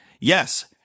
Yes